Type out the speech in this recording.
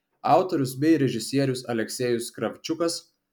autorius bei režisierius aleksejus kravčiukas